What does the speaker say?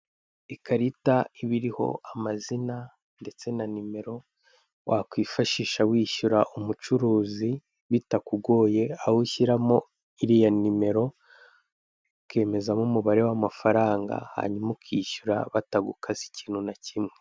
Ikarita iba iriho amazina ndetse na nimero wakwifashisha wisyhura umucuruzi bitakugoye, aho ushyiramo iriya nimero ukemezamo umubare w'amafaranga, hanyuma ukishyura batagukase ikintu na kimwe.